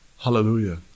Hallelujah